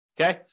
Okay